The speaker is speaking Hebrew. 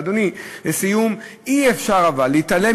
אדוני, לסיום, אי-אפשר אבל להתעלם